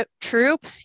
troop